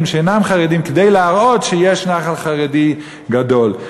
שאינם חרדיים כדי להראות שיש נח"ל חרדי גדול.